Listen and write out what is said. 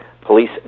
police